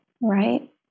right